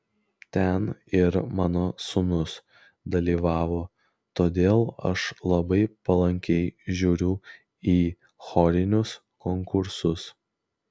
ten ir mano sūnus dalyvavo todėl aš labai palankiai žiūriu į chorinius konkursus